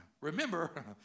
remember